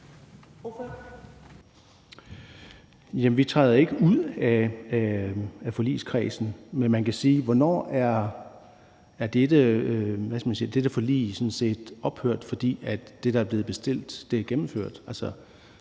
vi træder ikke ud af forligskredsen. Man kan spørge, hvornår dette forlig sådan set er ophørt, fordi det, der er blevet aftalt, er gennemført.